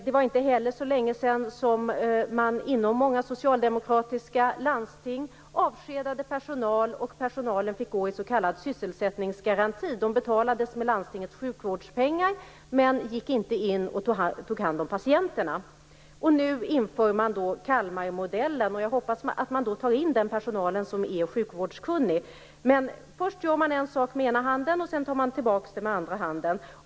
Det var inte heller så länge sedan som man inom många socialdemokratiska landsting avskedade personal och lät den gå i s.k. sysselsättningsgaranti. Personalen betalades med landstingets sjukvårdspengar, men gick inte in och tog hand om patienterna. Nu inför man Kalmarmodellen, och jag hoppas att man då tar in den personal som är sjukvårdskunnig. Först gör man en sak med ena handen och sedan tar man tillbaka den med andra handen.